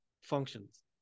functions